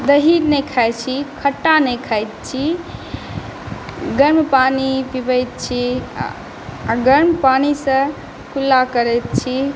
दही नहि खाइ छी खट्टा नहि खाइ छी गर्म पानी पिबैत छी आ गर्म पानीसॅं कुल्ला करैत छी